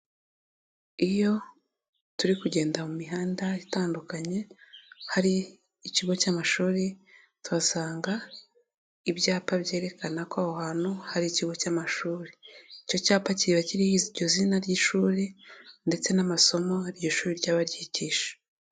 Iyo turi kugenda mu mihanda itandukanye, hari ikigo cy'amashuri tuhasanga ibyapa byerekana ko aho hantu hari ikigo cy'amashuri, icyo cyapa kiba kiriho iryo zina ry'ishuri ndetse n'amasomo iryo shuri ryaba ryigisha.